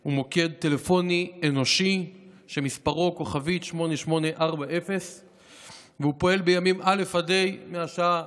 הוא טלפוני עם מענה אנושי שמספרו 8840*. הוא פועל בימים א' ה' מהשעה